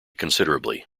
considerably